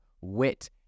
wit